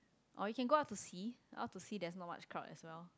or you can go out to see how to see there's not much crowd as well